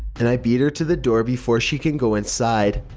and i beat her to the door before she can go inside.